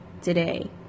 today